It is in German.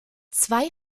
zwei